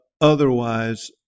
otherwise